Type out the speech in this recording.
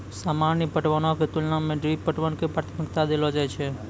सामान्य पटवनो के तुलना मे ड्रिप पटवन के प्राथमिकता देलो जाय छै